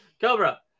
Cobra